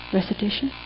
Recitation